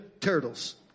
Turtles